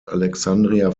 alexandria